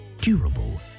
durable